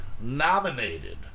nominated